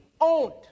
owned